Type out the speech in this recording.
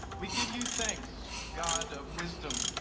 we give you thanks, god of wisdom,